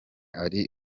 ari